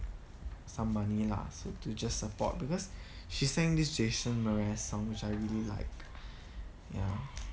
some money lah so to just support because she sang this jason mraz song which I really like ya